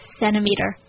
centimeter